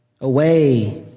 away